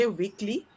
weekly